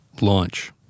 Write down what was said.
Launch